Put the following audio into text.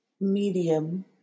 medium